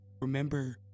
remember